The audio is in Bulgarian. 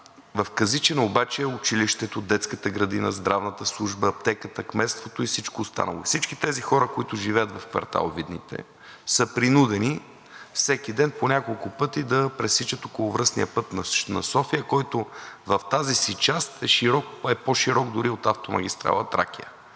В Казичене обаче е училището, детската градина, здравната служба, аптеката, кметството и всичко останали. Всички тези хора, които живеят в квартал „Видните“, са принудени всеки ден по няколко пъти да пресичат околовръстния път на София, който в тази си част е по-широк дори от автомагистрала „Тракия“.